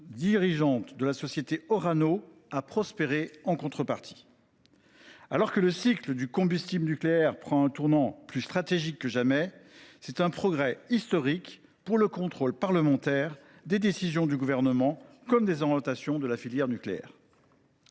de la société Orano. Alors que le cycle du combustible nucléaire prend un tournant plus stratégique que jamais, il s’agit d’un progrès historique pour le contrôle parlementaire des décisions du Gouvernement comme des orientations de la filière nucléaire.